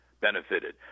benefited